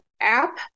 app